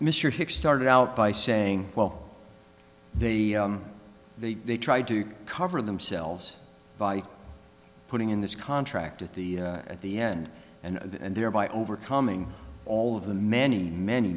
hicks started out by saying well they they they tried to cover themselves by putting in this contract at the at the end and thereby overcoming all of the many many